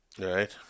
right